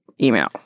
email